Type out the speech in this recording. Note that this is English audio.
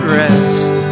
rest